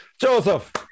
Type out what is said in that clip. Joseph